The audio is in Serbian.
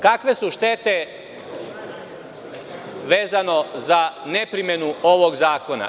Kakve su štete vezane za ne primenu ovog zakona?